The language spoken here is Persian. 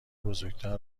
بزرگتر